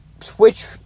switch